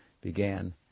began